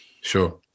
sure